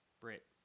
Brit